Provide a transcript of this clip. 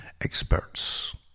experts